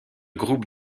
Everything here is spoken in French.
groupe